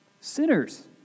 sinners